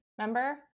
remember